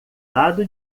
lado